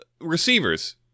receivers